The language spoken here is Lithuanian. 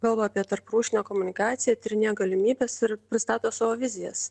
kalba apie tarprūšinę komunikaciją tyrinėja galimybes ir pristato savo vizijas